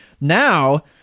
Now